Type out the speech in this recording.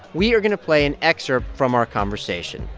we are going to play an excerpt from our conversation.